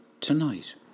tonight